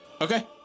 Okay